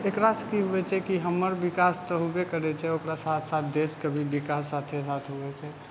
तऽ एकरासँ कि होइ छै कि हमर विकास तऽ होबे करै छै ओकरा साथ साथ देशके भी विकास साथे साथ होइ छै